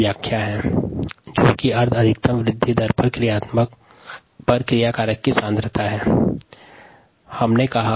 Km अर्ध अधिकतम वृद्धि दर पर क्रियाधार सांद्रता की व्याख्या है